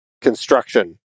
construction